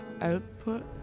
output